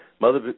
Mother